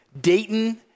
Dayton